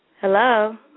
hello